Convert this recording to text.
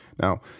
Now